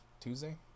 Tuesday